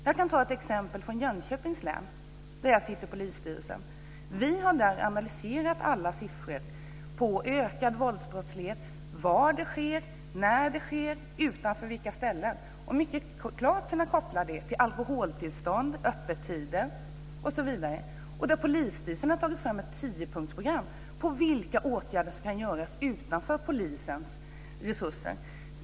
Jag ska ta upp ett exempel från Jönköpings län där jag sitter i polisstyrelsen. Vi har analyserat alla siffror på ökad våldsbrottslighet, var det sker brott, när det sker brott, utanför vilka ställen, och vi har mycket klart kunnat koppla detta till alkoholtillstånd och öppettider. Polisstyrelsen har också tagit fram ett tiopunktsprogram när det gäller vilka åtgärder som kan vidtas utanför polisens resurser.